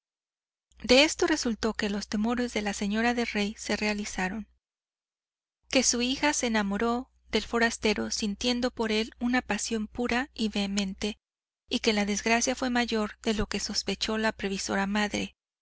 de esto resultó que los temores de la señora de rey se realizaron que su hija se enamoró del forastero sintiendo por él una pasión pura y vehemente y que la desgracia fue mayor de lo que sospechó la previsora madre